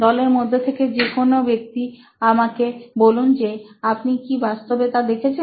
দলের মধ্য থেকে যে কোন ব্যক্তি আমাকে বলুন যে আপনি কি বাস্তবে তা দেখেছেন